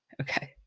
Okay